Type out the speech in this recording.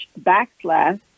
backslash